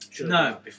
No